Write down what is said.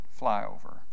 flyover